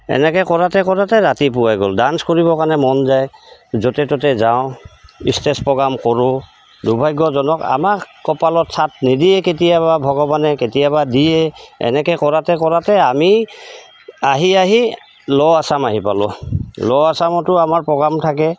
এনেকৈ কৰোঁতে কৰোঁতে ৰাতিপুৱাই গ'ল ডান্স কৰিবৰ কাৰণে মন যায় য'তে ত'তে যাওঁ ইষ্টেজ প্ৰগ্ৰাম কৰোঁ দুৰ্ভাগ্যজনক আমাক কপালত চাথ নিদিয়ে কেতিয়াবা ভগৱানে কেতিয়াবা দিয়ে এনেকৈ কৰোঁতে কৰোঁতে আমি আহি আহি লৱাৰ আচাম আহি পালোঁ লৱাৰ আচামতো আমাৰ প্ৰগ্ৰাম থাকে